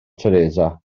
teresa